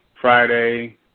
Friday